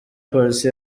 polisi